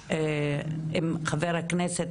בשמונה השנים האחרונות נהרגו בחליסה